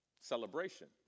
celebration